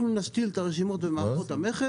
אנחנו נשתיל את הרשימות במערכות המכס,